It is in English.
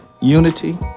unity